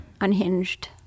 Unhinged